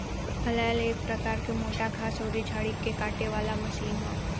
फलैल एक प्रकार के मोटा घास अउरी झाड़ी के काटे वाला मशीन ह